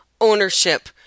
ownership